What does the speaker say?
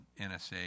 NSA